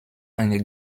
eine